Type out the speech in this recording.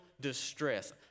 distress